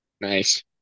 Nice